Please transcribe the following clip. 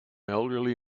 elderly